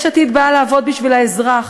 יש עתיד באה לעבוד בשביל האזרח,